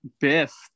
Biff